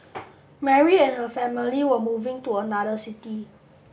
Mary and her family were moving to another city